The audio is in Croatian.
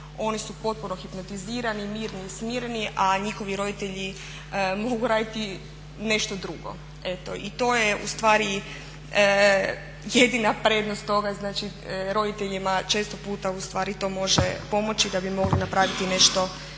oni su potpuno hipnotizirani, mirni i smireni, a njihovi roditelji mogu raditi nešto drugo. Eto i to je u stvari jedina prednost toga, znači roditeljima često puta u stvari to može pomoći da bi mogli napraviti nešto